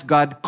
God